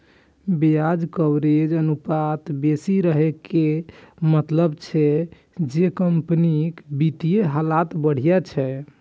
ब्याज कवरेज अनुपात बेसी रहै के मतलब छै जे कंपनीक वित्तीय हालत बढ़िया छै